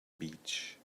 beach